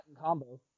combo